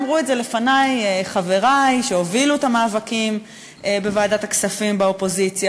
אמרו את זה לפני חברי שהובילו את המאבקים בוועדת הכספים באופוזיציה,